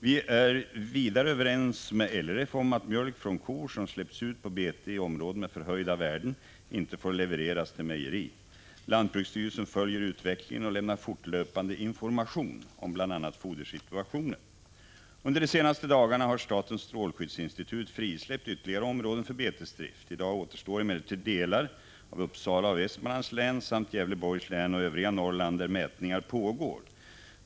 Vi är vidare överens med LRF om att mjölk från kor som släppts ut på bete i områden med förhöjda värden inte får levereras till mejeri. Lantbruksstyrelsen följer utvecklingen och lämnar fortlöpande information om bl.a. fodersituationen. Under de senaste dagarna har statens strålskyddsinstitut frisläppt ytterligare områden för betesdrift. I dag återstår emellertid delar av Uppsala och Västmanlands län samt Gävleborgs län och övriga Norrland där mätningar pågår.